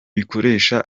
ikoresha